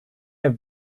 have